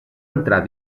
entrar